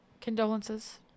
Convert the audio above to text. condolences